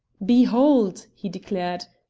behold! he declared.